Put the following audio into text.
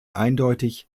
eindeutig